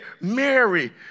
Mary